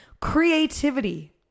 Creativity